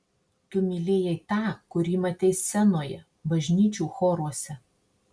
tu mylėjai tą kurį matei scenoje bažnyčių choruose